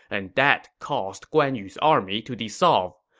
and that caused guan yu's army to dissolve.